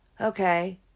okay